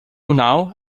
now